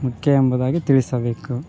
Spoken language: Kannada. ಮುಖ್ಯ ಎಂಬುದಾಗಿ ತಿಳಿಸಬೇಕು